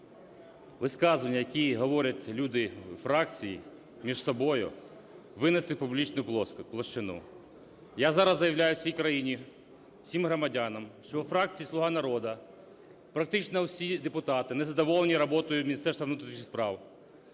висказування, які говорять люди у фракції між собою, винести в публічну площину. Я зараз заявляю всій країні, всім громадянам, що у фракції "Слуга народу" практично всі депутати незадоволені роботою Міністерства внутрішніх справ.